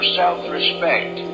self-respect